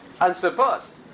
unsurpassed